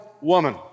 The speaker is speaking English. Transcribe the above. woman